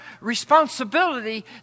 responsibility